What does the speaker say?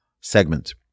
segment